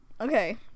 Okay